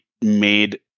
made